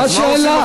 מה השאלה?